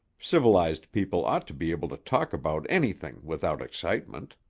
civilized people ought to be able to talk about anything without excitement.